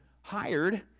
hired